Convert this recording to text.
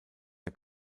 der